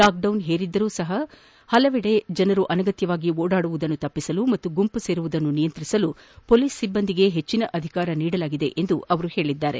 lockdown ಹೇರಿದ್ದರೂ ಪಲವೆಡೆ ಜನರು ಅನಗತ್ಯವಾಗಿ ಓಡಾಡುವುದನ್ನು ತಡೆಯಲು ಹಾಗೂ ಗುಂಪು ಸೇರುವುದನ್ನು ನಿಯಂತ್ರಿಸಲು ಮೊಲೀಸ್ ಸಿಬ್ಬಂದಿಗೆ ಹೆಚ್ಚಿನ ಅಧಿಕಾರ ನೀಡಲಾಗಿದೆ ಎಂದು ಅವರು ಹೇಳಿದ್ದಾರೆ